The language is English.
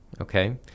Okay